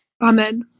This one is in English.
Amen